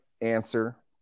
answer